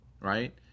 right